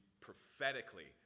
prophetically